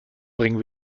bring